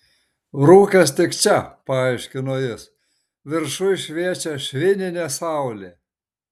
rūkas tik čia paaiškino jis viršuj šviečia švininė saulė